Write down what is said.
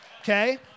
Okay